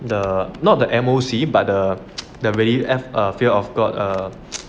the not the M_O_C but the really fear of god err